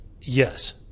Yes